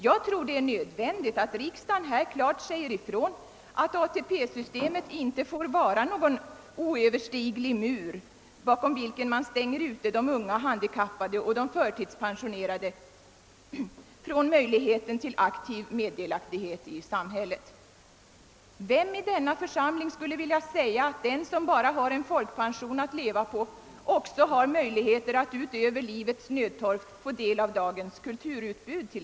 Jag tror att det är nödvändigt att riksdagen klart säger ifrån att ATP-systemet inte får vara någon oöverstiglig mur, genom vilken man stänger ute de unga handikappade och de förtidspensionerade från möjligheten till aktiv meddelaktighet i samhället. Vem i denna församling skulle vilja säga att den som bara har en folkpension att leva på kan utöver livets nödtorft få del av exempelvis dagens kulturutbud?